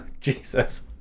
Jesus